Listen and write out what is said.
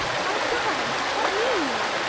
my god! what mean you!